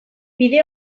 bide